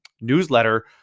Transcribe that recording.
newsletter